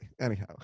Anyhow